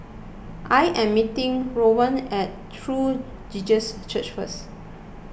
I am meeting Rowan at True Jesus Church first